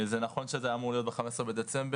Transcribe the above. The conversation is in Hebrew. זה נכון שזה היה אמור להיות ב-15 בדצמבר,